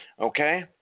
okay